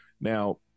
Now